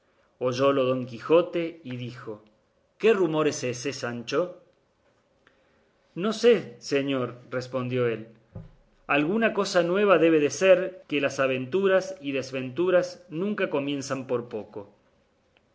miedo oyólo don quijote y dijo qué rumor es ése sancho no sé señor respondió él alguna cosa nueva debe de ser que las aventuras y desventuras nunca comienzan por poco